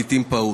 לעתים פעוט.